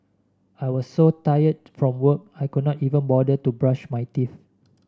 I was so tired from work I could not even bother to brush my teeth